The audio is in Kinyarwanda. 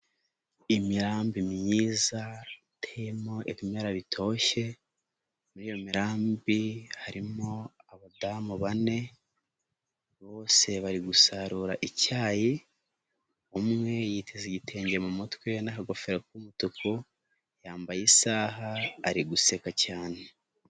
Imirambi myiza iteyemo ibimera bitoshye, muri iyo mirambi harimo abadamu bane bose bari gusarura icyayi, umwe yiteze igitenge mu mutwe n'akagofero k'umutuku, yambaye isaha, ari guseka cyane.